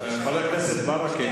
חבר הכנסת ברכה,